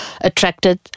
attracted